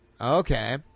Okay